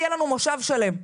יהיה לנו מושב שלם.